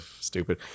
stupid